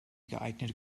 geeignete